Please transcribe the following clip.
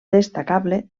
destacable